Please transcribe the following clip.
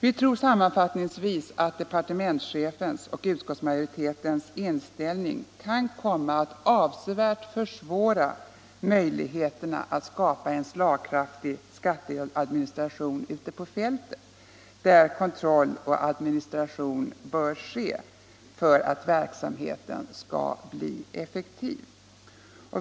Vi tror sammanfattningsvis att departementschefens och utskottsmajoritetens inställning kan komma att äventyra möjligheterna att skapa en slagkraftig skatteadministration ute på fältet, där kontroll och administration bör ske för att verksamheten skall bli effektiv.